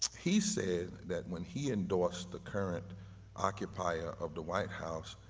he said that when he endorsed the current occupier of the white house,